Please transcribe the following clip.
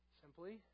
simply